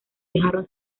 dejaron